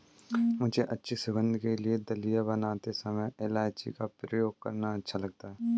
मुझे अच्छी सुगंध के लिए दलिया बनाते समय इलायची का उपयोग करना अच्छा लगता है